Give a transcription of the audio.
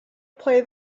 play